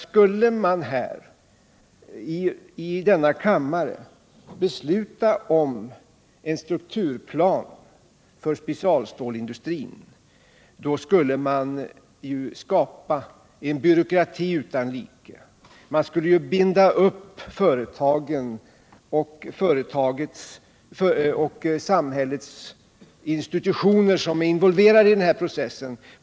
Skulle man i kammaren besluta om en strukturplan för specialstålindustrin, skulle man ju skapa en byråkrati utan like. Man skulle på ett mycket olyckligt sätt binda upp de företag och samhällsinstitutioner som är involverade i denna process.